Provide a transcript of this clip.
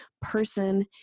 person